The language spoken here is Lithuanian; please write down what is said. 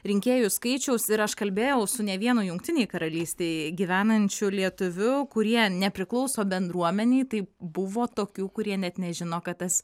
rinkėjų skaičiaus ir aš kalbėjau su ne vienu jungtinėj karalystėje gyvenančiu lietuviu kurie nepriklauso bendruomenei tai buvo tokių kurie net nežino kad tas